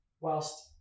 whilst